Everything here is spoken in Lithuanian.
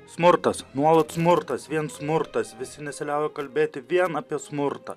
smurtas nuolat smurtas vien smurtas visi nesiliauja kalbėti vien apie smurtą